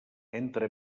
entre